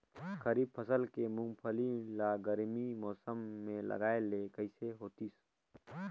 खरीफ फसल के मुंगफली ला गरमी मौसम मे लगाय ले कइसे होतिस?